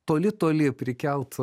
toli toli prikelt